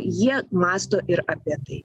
jie mąsto ir apie tai